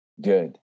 good